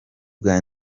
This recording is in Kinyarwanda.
bwa